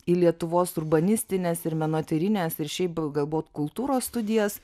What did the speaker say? į lietuvos urbanistines ir menotyrines ir šiaip galbūt kultūros studijas